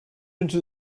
into